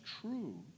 true